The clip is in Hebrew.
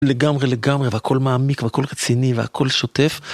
לגמרי לגמרי והכל מעמיק והכל רציני והכל שוטף